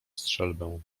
strzelbę